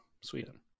Sweden